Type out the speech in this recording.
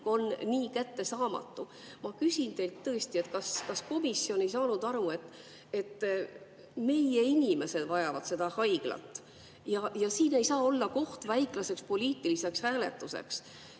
on nii kättesaamatu. Ma küsin teilt tõesti: kas komisjon ei saanud aru, et meie inimesed vajavad seda haiglat ja see ei saa olla koht väiklaseks poliitiliseks hääletuseks?